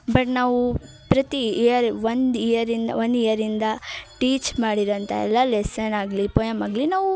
but ನಾವು ಪ್ರತಿ year ಒಂದು ಇಯರಿಂದ ಒನ್ ಇಯರಿಂದ ಟೀಚ್ ಮಾಡಿದ್ದಂಥ ಎಲ್ಲಾ ಲೆಸ್ಸನ್ ಆಗಲಿ ಪೋಯಮ್ ಆಗಲಿ ನಾವು